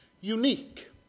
Unique